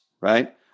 right